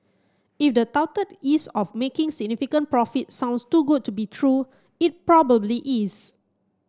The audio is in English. if the touted ease of making significant profits sounds too good to be true it probably is